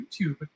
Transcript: YouTube